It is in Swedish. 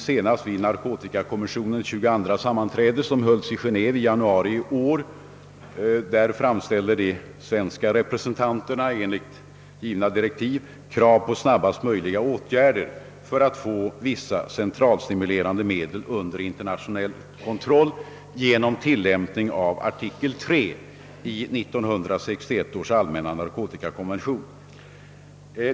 Senast vid Narkotikakommissionens 22:a sammanträde, som hölls i Genéve i januari detta år, framställde de svenska representanterna enligt givna direktiv krav på att åtgärder snarast möjligt skulle vidtagas för att få vissa centralstimulerande medel under internationell kontroll genom tillämpning av artikel 3 i 1961 års allmänna narkotikakonvention.